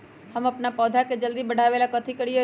हम अपन पौधा के जल्दी बाढ़आवेला कथि करिए?